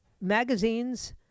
Magazines